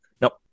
Nope